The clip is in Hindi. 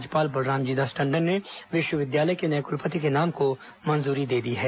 राज्यपाल बलरामजी दास टंडन ने विश्वविद्यालय के नये कुलपति के नाम को मंजूरी दे दी है